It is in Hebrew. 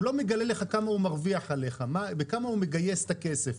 הוא לא מגלה לך כמה הוא מרוויח עליך או בכמה הוא מגייס את הכסף.